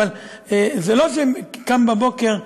אבל זה לא שקם בבוקר,